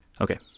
Okay